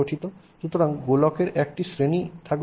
সুতরাং গোলকের একটি শ্রেণী থাকবে